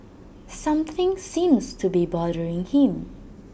something seems to be bothering him